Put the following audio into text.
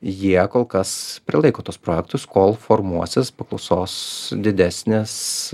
jie kol kas prilaiko tuos projektus kol formuosis paklausos didesnis